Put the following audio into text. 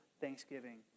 thanksgiving